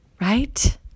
right